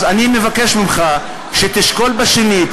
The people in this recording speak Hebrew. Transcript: אז אני מבקש ממך שתשקול שנית,